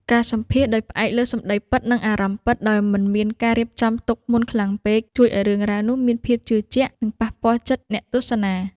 ការសម្ភាសន៍ដោយផ្អែកលើសម្ដីពិត និងអារម្មណ៍ពិតដោយមិនមានការរៀបចំទុកមុនខ្លាំងពេក ជួយឱ្យរឿងរ៉ាវនោះមានភាពជឿជាក់ និងប៉ះពាល់ចិត្តអ្នកទស្សនា។